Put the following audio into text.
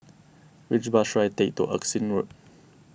which bus should I take to Erskine Road